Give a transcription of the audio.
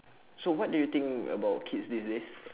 so what do you think about kids these days